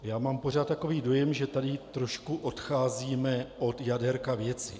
Já mám pořád takový dojem, že tady trošku odcházíme od jadérka věci.